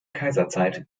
kaiserzeit